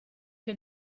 che